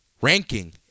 ranking